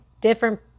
different